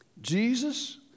Jesus